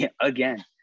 Again